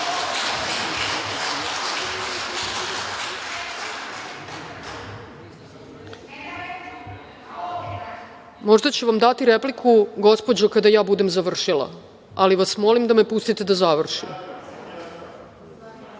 će vam dati repliku, gospođo, kada ja budem završila, ali vas molim da me pustite da